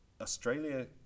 Australia